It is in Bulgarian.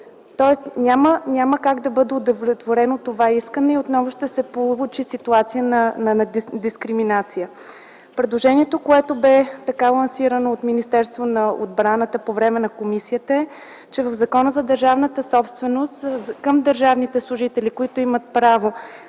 Тоест няма как да бъде удовлетворено това искане и отново ще се получи ситуация на дискриминация. Предложението, което беше лансирано от Министерството на отбраната по време на комисията е, че в Закона за държавната собственост към държавните служители, които имат право